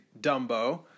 Dumbo